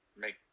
make